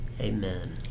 Amen